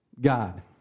God